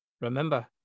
remember